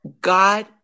God